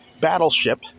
Battleship